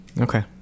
Okay